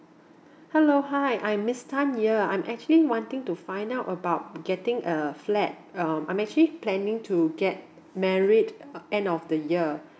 hello hi I'm miss tanya I'm actually wanting to find out about getting a flat um I'm actually planning to get married uh end of the year